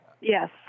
yes